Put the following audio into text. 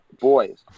boys